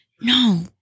No